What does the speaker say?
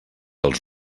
als